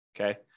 Okay